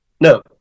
no